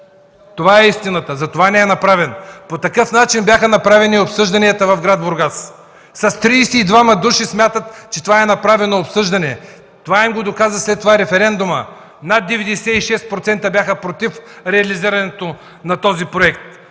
Това е истината! Затова не е направен. По такъв начин бяха направени обсъжданията в град Бургас. С 32 души смятат, че е направено обсъждане. Това им го доказа след това референдумът – над 96% бяха против реализирането на този проект.